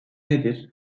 nedir